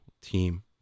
team